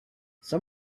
some